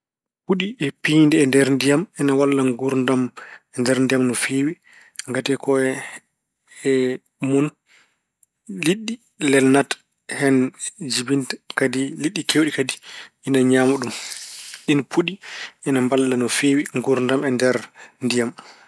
Puɗɗi e piindi e nder ndiyam ina walla nguurdam e nder ndiyam no feewi. Ngati ko e mun liɗɗi lelnata, hen jibinta. Kadi liɗɗi keewɗi kadi ina ñaama ɗum. Ɗiin puɗi ina mballa no feewi nguurdam e nder ndiyam.